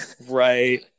Right